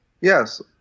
Yes